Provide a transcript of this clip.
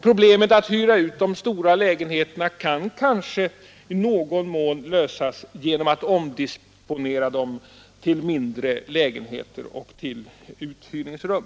Problemet att hyra ut de stora lägenheterna kan kanske i någon mån lösas genom att man omdisponerar dem till mindre lägenheter och till uthyrningsrum.